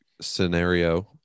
scenario